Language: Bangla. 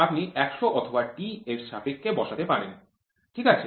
আপনি ১০০ অথবা t এর সাপেক্ষে বসাতে পারেন ঠিক আছে